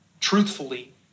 truthfully